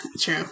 true